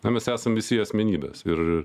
na mes esam visi asmenybės ir